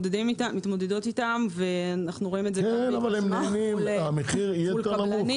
מתמודדות איתן --- אבל המחיר יהיה יותר נמוך.